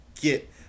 get